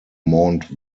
mount